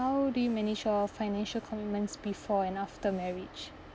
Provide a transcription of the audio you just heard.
how do you manage your financial commitments before and after marriage